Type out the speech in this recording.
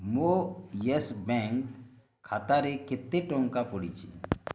ମୋ Yes Bank ଖାତାରେ କେତେ ଟଙ୍କା ପଡ଼ିଛି